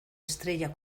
estrella